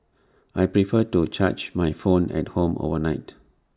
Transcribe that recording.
I prefer to charge my phone at home overnight